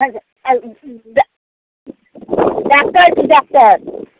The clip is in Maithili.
हटि जाउ आओर ई ई दए डॉक्टर छै डॉक्टर